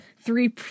three